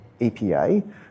EPA